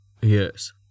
Yes